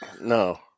No